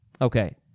Okay